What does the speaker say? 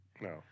No